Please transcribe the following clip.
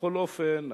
בכל אופן,